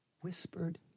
whispered